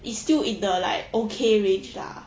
it's still in the like okay range ah